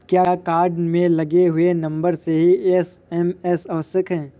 क्या कार्ड में लगे हुए नंबर से ही एस.एम.एस आवश्यक है?